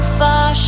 far